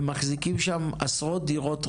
ומחזיקים שם עשרות דירות ריקות?